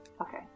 Okay